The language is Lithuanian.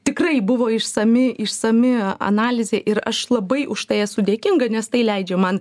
tikrai buvo išsami išsami analizė ir aš labai už tai esu dėkinga nes tai leidžia man